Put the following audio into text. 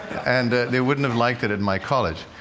and they wouldn't have liked it at my college.